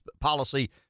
policy